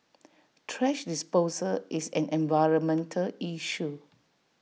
thrash disposal is an environmental issue